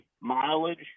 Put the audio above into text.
mileage